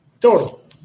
total